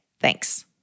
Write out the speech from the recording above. Thanks